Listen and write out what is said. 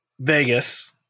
Vegas